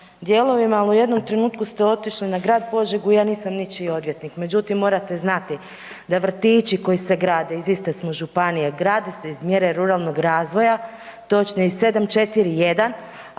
dijelovima, al u jednom trenutku ste otišli na grad Požegu, ja nisam ničiji odvjetnik. Međutim, možete znati da vrtići koji se grade, iz iste smo županije, grade se iz mjere ruralnog razvoja, točnije 7.4.1